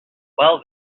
well